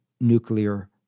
nuclear